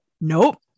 Nope